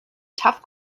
tough